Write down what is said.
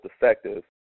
effective